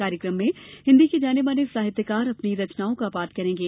कार्यक्रम में हिन्दी के जाने माने साहित्यकार अपनी रचनाओं का पाठ करेंगे